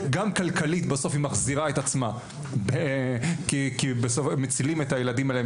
אבל גם כלכלית בסוף היא מחזירה את עצמה כי בסוף מצילים את הילדים האלה.